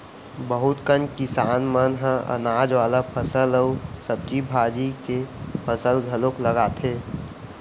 बहुत कन किसान मन ह अनाज वाला फसल अउ सब्जी भाजी के फसल घलोक लगाथे